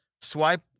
swipe